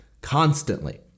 constantly